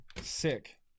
Sick